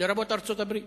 לרבות ארצות-הברית.